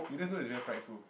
you just know it's very prideful